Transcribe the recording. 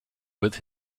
with